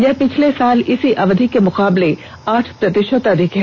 यह पिछले साल इसी अवधि के मुकाबले आठ प्रतिशत अधिक है